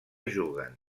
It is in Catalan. juguen